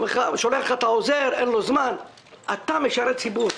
אתה, אדוני היושב-ראש, משרת ציבור.